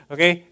Okay